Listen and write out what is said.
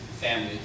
family